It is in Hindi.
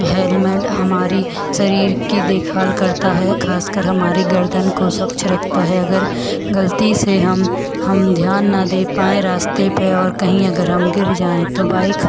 हेलमेट हमारे शरीर की देख भाल करता है ख़ासकर हमारी गर्दन की सुरक्षा रखता है अगर ग़लती से हम हम ध्यान ना दे पाएँ रास्ते पर और कहीं अगर हम गिर जाएँ तो बाइक